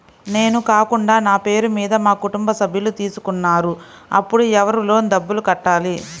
నేను కాకుండా నా పేరు మీద మా కుటుంబ సభ్యులు తీసుకున్నారు అప్పుడు ఎవరు లోన్ డబ్బులు కట్టాలి?